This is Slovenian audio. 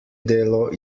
delo